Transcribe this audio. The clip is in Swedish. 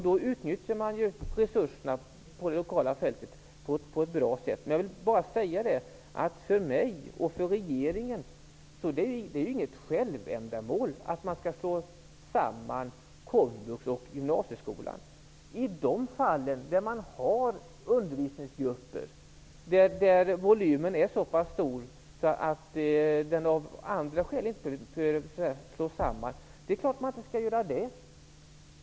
Då utnyttjar man resurserna på det lokala fältet på ett bra sätt. Jag vill bara säga att det för mig och för regeringen inte är något självändamål att man skall slå samman komvux och gymnasieskolan i de fall där man har undervisningsgrupper och volymen är så pass stor att man inte behöver göra en sammanslagning av andra skäl.